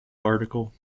article